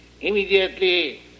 Immediately